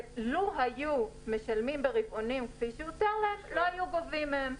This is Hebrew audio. לו היו משלמים ברבעונים כפי שהותר להם אז לא היינו גובים מהם.